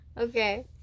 Okay